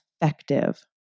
effective